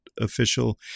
official